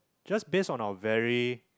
just based on our very